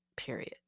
period